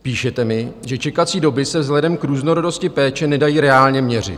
Píšete mi, že čekací doby se vzhledem k různorodosti péče nedají reálně měřit.